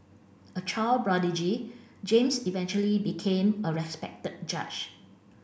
a child prodigy James eventually became a respected judge